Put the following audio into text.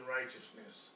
Righteousness